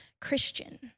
Christian